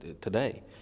today